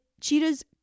cheetahs